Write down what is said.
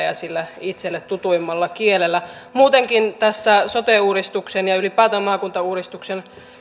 ja itselle tutuimmalla kielellä muutenkin tässä sote uudistuksen ja ylipäätään maakuntauudistuksen